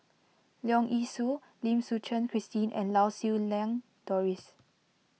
Leong Yee Soo Lim Suchen Christine and Lau Siew Lang Doris